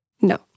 No